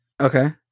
Okay